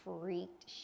freaked